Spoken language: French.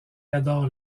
adore